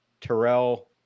Terrell